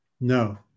No